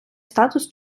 статус